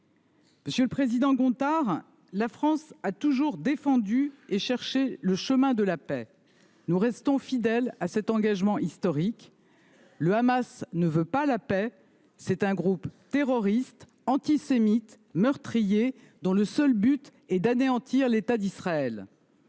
Monsieur le président Gontard, la France a toujours défendu et cherché le chemin de la paix : nous restons fidèles à cet engagement historique. Le Hamas ne veut pas la paix ; c’est un groupe terroriste, antisémite et meurtrier, dont le seul but est d’anéantir l’État d’Israël.